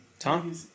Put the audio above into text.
Tom